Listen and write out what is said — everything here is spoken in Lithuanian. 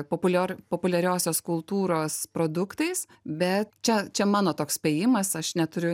populior populiariosios kultūros produktais bet čia čia mano toks spėjimas aš neturiu